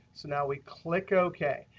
so now we click ok.